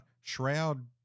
Shroud